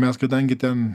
mes kadangi ten